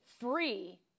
free